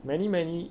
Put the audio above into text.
many many